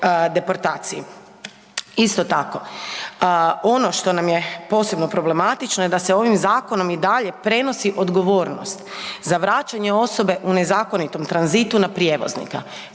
deportaciji. Isto tako, ono što nam je posebno problematično je da se ovim zakonom i dalje prenosi odgovornost za vraćanje u nezakonitom tranzitu na prijevoznika.